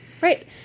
Right